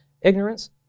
ignorance